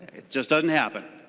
it just doesn't happen.